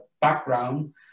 background